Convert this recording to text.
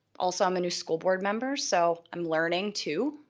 also, i'm a new school board member, so i'm learning too,